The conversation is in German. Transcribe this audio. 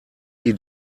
sie